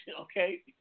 okay